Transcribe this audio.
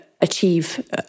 achieve